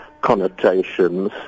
connotations